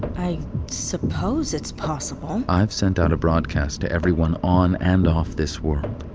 i suppose it's possible i've sent out a broadcast to everyone on and off this world.